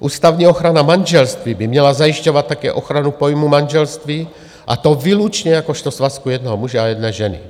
Ústavní ochrana manželství by měla zajišťovat také ochranu pojmu manželství, a to výlučně jakožto svazku jednoho muže a jedné ženy.